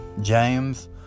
james